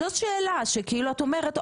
זו שאלה שכאילו את אומרת,